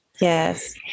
Yes